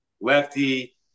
lefty